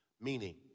Meaning